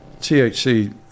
THC